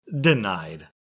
denied